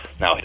Now